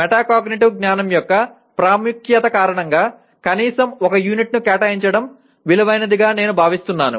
metacognitive జ్ఞానం యొక్క ప్రాముఖ్యత కారణంగా కనీసం ఒక యూనిట్ను కేటాయించడం విలువైనదని నేను భావిస్తున్నాను